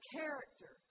character